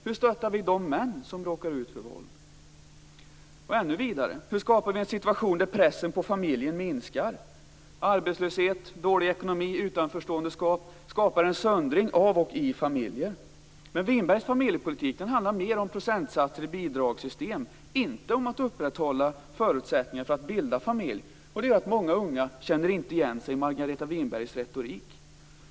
Hur stöttar vi de män som råkar ut för våld? Och ännu vidare: Hur skapar vi en situation där pressen på familjen minskar? Arbetslöshet, dålig ekonomi och utanförståendeskap skapar en söndring av och i familjer. Men Winbergs familjepolitik handlar mer om procentsatser i bidragssystem, inte om att upprätthålla förutsättningar för att bilda familj. Det gör att många unga inte känner igen sig i Margareta Winbergs retorik.